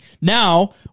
Now